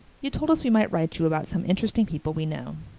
you told us we might write you about some interesting people we knew.